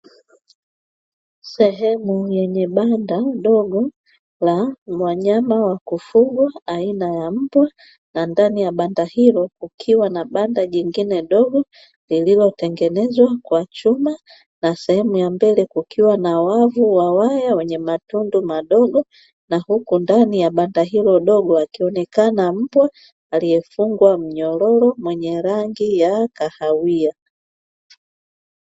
Sehemu yenye banda dogo la wanyama wa kufugwa aina ya mbwa na ndani ya banda hilo kukiwa na banda jingine dogo lililotengenezwa kwa chuma, na sehemu ya mbele kukiwa na wavu wa waya wenye matundu madogo na huku ndani ya banda hilo dogo akionekana mbwa aliyefungwa mnyororo mwenye rangi ya kahawia.